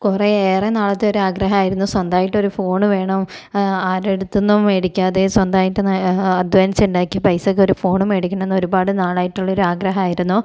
കുറേ ഏറെ നാളത്തെ ഒരു ആഗ്രഹമായിരുന്നു സ്വന്തമായിട്ട് ഒരു ഫോൺ വേണം ആരുടെ അടുത്തു നിന്നും വേടിക്കാതെ സ്വന്തമായിട്ട് ഞാൻ അദ്ധ്വാനിച്ച് ഉണ്ടാക്കിയ പൈസക്കൊരു ഫോൺ മേടിക്കണമെന്ന് ഒരുപാട് നാളായിട്ടുള്ളൊരു ആഗ്രഹമായിരുന്നു